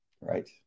right